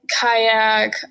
kayak